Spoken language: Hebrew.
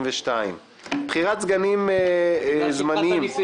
24 שנה להירצחו של ראש הממשלה יצחק רבין ז"ל וביטול ישיבות הכנסת,